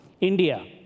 India